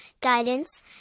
guidance